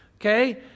Okay